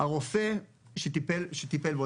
הרופא שטיפל בו,